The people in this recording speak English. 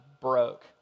broke